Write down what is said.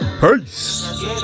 Peace